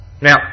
Now